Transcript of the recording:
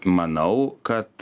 manau kad